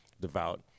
devout